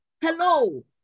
Hello